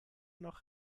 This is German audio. noch